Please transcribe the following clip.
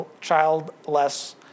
childless